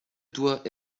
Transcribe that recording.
doit